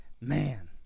man